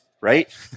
right